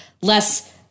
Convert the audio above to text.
less